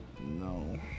No